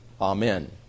Amen